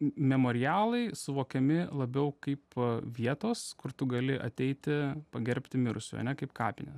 memorialai suvokiami labiau kaip vietos kur tu gali ateiti pagerbti mirusiųjų ane kaip kapinės